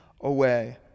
away